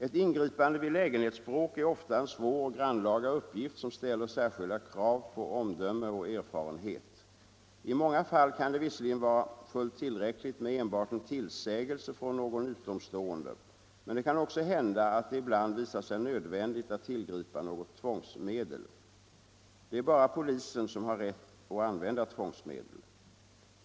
Ett ingripande vid lägenhetsbråk är ofta en svår och grannlaga uppgift som ställer särskilda krav på omdöme och erfarenhet. I många fall kan det visserligen vara fullt tillräckligt med enbart en tillsägelse från någon utomstående, men det kan också hända att det ibland visar sig nödvändigt att tillgripa något tvångsmedel. Det är bara polisen som har rätt att använda tvångsmedel.